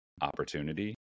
opportunity